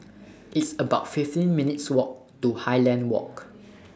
It's about fifteen minutes' Walk to Highland Walk